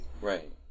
Right